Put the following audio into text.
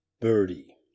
Birdie